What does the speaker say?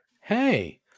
Hey